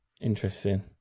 interesting